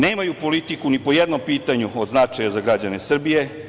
Nemaju politiku ni po jednom pitanju od značaja za građana Srbije.